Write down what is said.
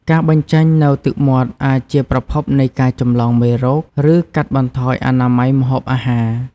ការបញ្ចេញនូវទឹកមាត់អាចជាប្រភពនៃការចម្លងមេរោគ ឬកាត់បន្ថយអនាម័យម្ហូបអាហារ។